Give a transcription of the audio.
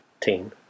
team